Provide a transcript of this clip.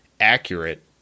accurate